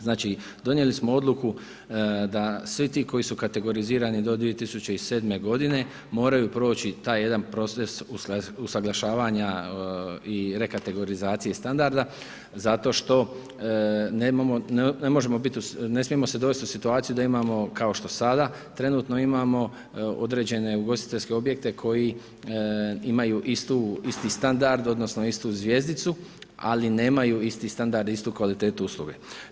Znači, donijeli smo odluku da svi ti koji su kategorizirani do 2007. godine moraju proći taj jedan proces usaglašavanja i rekategorizacije standarda zato što ne možemo biti, ne smijemo se dovesti u situaciju da imamo kao što sada trenutno imamo određene ugostiteljske objekte koji imaju isti standard odnosno istu zvjezdicu, ali nemaju isti standard, istu kvalitetu usluge.